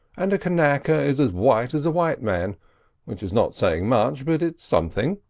and a kanaka is as white as a white man which is not saying much, but it's something.